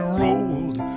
rolled